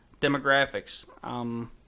Demographics